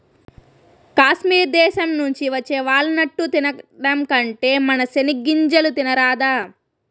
కాశ్మీర్ దేశం నుంచి వచ్చే వాల్ నట్టు తినడం కంటే మన సెనిగ్గింజలు తినరాదా